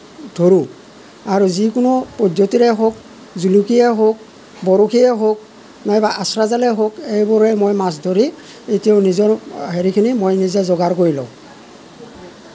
ধৰোঁ আৰু যিকোনো পদ্ধতিৰে হওক জুলুকিয়েই হওক বৰশীয়েই হওক নাইবা আশ্ৰাজালেই হওক এইবোৰে মই মাছ ধৰি এতিয়াও নিজৰ হেৰিখিনি মই নিজে যোগাৰ কৰি লওঁ